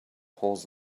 holes